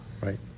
Right